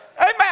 Amen